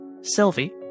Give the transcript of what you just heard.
sylvie